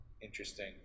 interesting